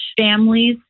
families